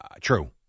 True